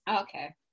okay